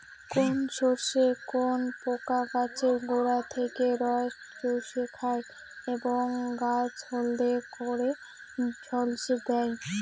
কোন শস্যে কোন পোকা গাছের গোড়া থেকে রস চুষে খায় এবং গাছ হলদে করে ঝলসে দেয়?